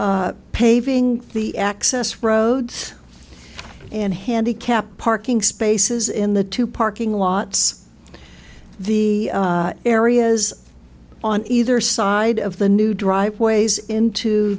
paving the access roads and handicapped parking spaces in the two parking lots the areas on either side of the new driveways into